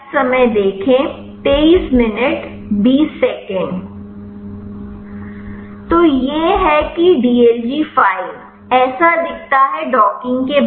तो यह है कि dlg फ़ाइल ऐसा दिखता है डॉकिंग के बाद